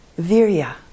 virya